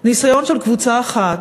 ניסיון של קבוצה אחת,